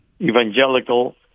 evangelical